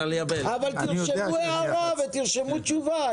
תרשמו הערה ותשובה.